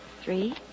three